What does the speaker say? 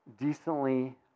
decently